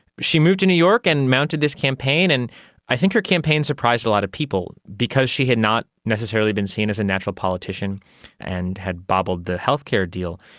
she moved to new york and mounted this campaign. and i think her campaign surprised a lot of people because she had not necessarily been seen as a natural politician and had bottled the healthcare deal.